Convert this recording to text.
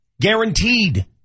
Guaranteed